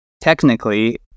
Technically